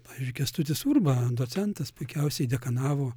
pavyzdžiui kęstutis urba docentas puikiausiai dekanavo